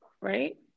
right